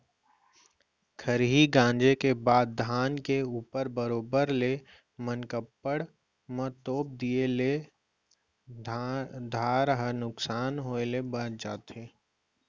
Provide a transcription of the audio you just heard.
खरही गॉंजे के बाद धान के ऊपर बरोबर ले मनकप्पड़ म तोप दिए ले धार ह नुकसान होय ले बॉंच जाथे